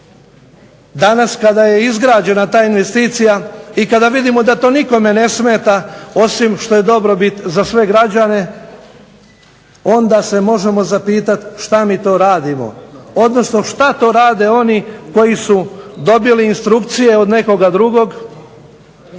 Danas kada je izgrađena ta investicija i kada vidimo da to nikome ne smeta osim što je dobrobit za sve građane, onda se možemo zapitati šta mi to radimo odnosno šta to rade oni koji su dobili instrukcije od nekoga drugog,